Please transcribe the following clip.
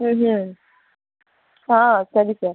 ಹ್ಞೂ ಹ್ಞೂ ಹಾಂ ಸರಿ ಸರ್